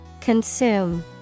Consume